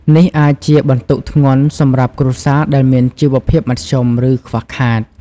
នេះអាចជាបន្ទុកធ្ងន់សម្រាប់គ្រួសារដែលមានជីវភាពមធ្យម ឬខ្វះខាត។